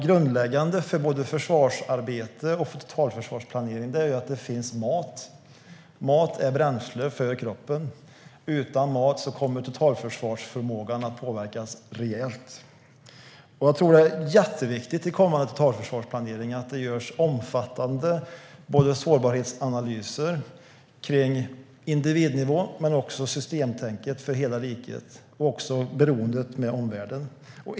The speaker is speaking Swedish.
Grundläggande för både försvarsarbete och totalförsvarsplanering är att det finns mat. Mat är bränsle för kroppen. Utan mat kommer totalförsvarsförmågan att påverkas rejält. Jag tror att det är jätteviktigt att det i kommande totalförsvarsplanering görs omfattande sårbarhetsanalyser i fråga om individnivå, i fråga om systemtänket för hela riket men även i fråga om beroendet av omvärlden.